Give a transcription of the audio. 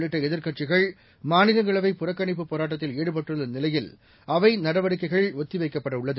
உள்ளிட்டஎதிர்க்கட்சிகள் மாநிலங்களவைபுறக்கணிப்புபோராட்டத்தில்ஈடுபட்டுள்ளநி அவைநடவடிக்கைகள்ஒத்திவைக்கப்படஉள்ளது